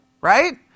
right